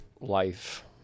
life